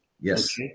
Yes